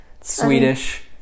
Swedish